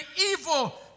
evil